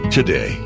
Today